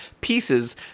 pieces